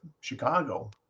Chicago